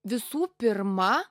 visų pirma